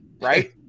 right